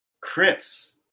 Chris